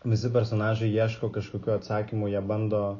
visi personažai ieško kažkokių atsakymų jie bando